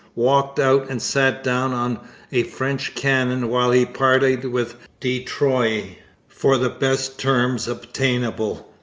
walked out and sat down on a french cannon while he parleyed with de troyes for the best terms obtainable.